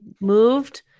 moved